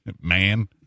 man